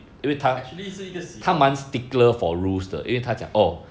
actually 是一个习惯